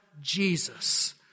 Jesus